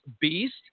beast